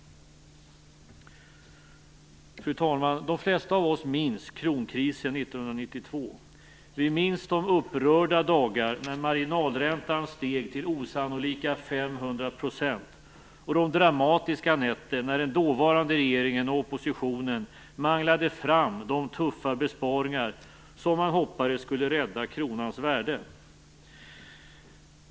Fru talman! De flesta av oss minns kronkrisen 1992. Vi minns de upprörda dagar när marginalräntan steg till osannolika 500 % och de dramatiska nätter när den dåvarande regeringen och oppositionen manglade fram de tuffa besparingar som man hoppades skulle rädda kronans värde.